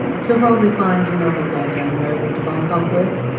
she'll probably find another goddamn noble to bunk up with,